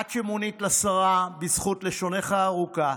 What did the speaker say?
את, שמונית לשרה בזכות לשונך הארוכה,